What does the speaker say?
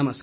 नमस्कार